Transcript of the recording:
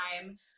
time